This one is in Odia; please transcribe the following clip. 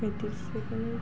ଏତିକି